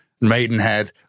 Maidenhead